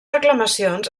reclamacions